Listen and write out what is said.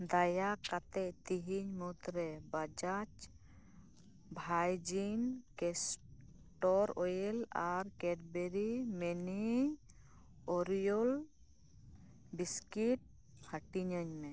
ᱫᱟᱭᱟ ᱠᱟᱛᱮᱫ ᱛᱮᱦᱮᱧ ᱢᱩᱫᱽᱨᱮ ᱵᱟᱡᱟᱡᱽ ᱵᱷᱟᱭᱡᱤᱱ ᱠᱮᱥᱴᱳᱨ ᱳᱭᱮᱞ ᱟᱨ ᱠᱮᱰᱵᱮᱨᱤ ᱢᱤᱱᱤ ᱳᱨᱤᱭᱳ ᱵᱤᱥᱠᱤᱴ ᱦᱟᱹᱴᱤᱧᱟᱹᱧ ᱢᱮ